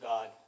God